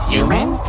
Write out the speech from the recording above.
Human